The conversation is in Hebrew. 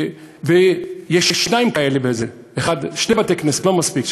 ויש שני בתי-כנסת כאלה, לא מספיק.